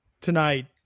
tonight